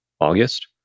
August